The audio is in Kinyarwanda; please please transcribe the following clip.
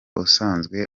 usanzwe